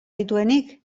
dituenik